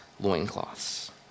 loincloths